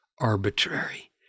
arbitrary